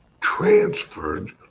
transferred